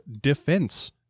defense